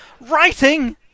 Writing